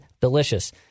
delicious